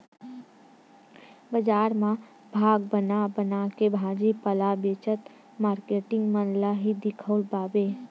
बजार म भाग बना बनाके भाजी पाला बेचत मारकेटिंग मन ल ही दिखउल पाबे